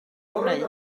gwneud